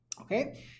Okay